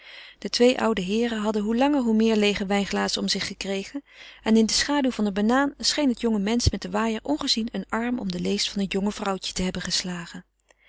de twee oude heeren hadden hoe langer hoe meer leêge wijnglazen om zich gekregen en in de schaduw van een banaan scheen het jonge mensch met den waaier ongezien een arm om de leest van het jonge vrouwtje te hebben geslagen